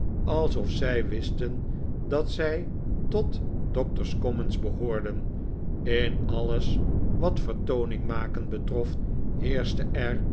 alsof zij wisten dat zij tot doctor's commons behoorden in alles wat vertooning maken betrof